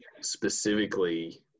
specifically